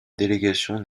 délégation